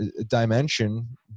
dimension